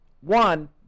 One